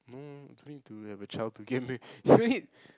no I'm trying to have a child to begin with